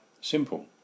Simple